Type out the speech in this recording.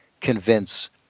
convince